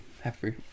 Happy